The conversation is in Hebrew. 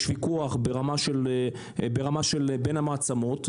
יש וויכוח ברמה של בין המעצמות,